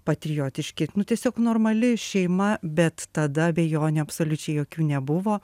patriotiški nu tiesiog normali šeima bet tada abejonių absoliučiai jokių nebuvo